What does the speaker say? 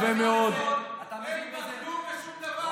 אין בה כלום ושום דבר.